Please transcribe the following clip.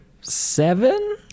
seven